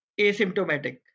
asymptomatic